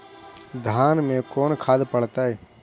धान मे कोन खाद पड़तै?